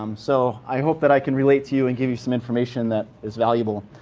um so i hope that i can relate to you and give you some information that is valuable.